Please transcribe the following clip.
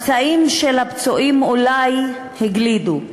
הפצעים של הפצועים אולי הגלידו,